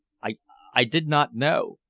i i did not know.